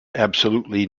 absolutely